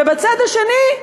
ובצד השני,